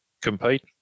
compete